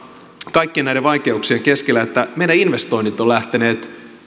kaikkien näiden vaikeuksien keskellä että meidän investoinnit ovat lähteneet